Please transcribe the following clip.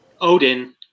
Odin